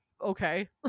okay